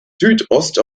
südost